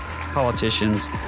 politicians